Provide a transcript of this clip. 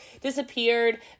disappeared